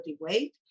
weight